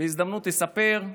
בהזדמנות אספר,